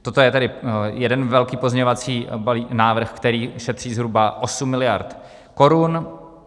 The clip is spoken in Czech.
Toto je tedy jeden velký pozměňovací návrh, který ušetří zhruba 8 mld. korun.